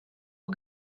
aux